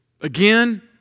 Again